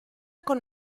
con